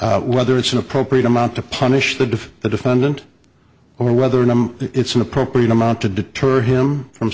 whether it's an appropriate amount to punish the the defendant or whether number it's an appropriate amount to deter him from